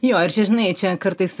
jo ir čia žinai čia kartais